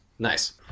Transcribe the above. Nice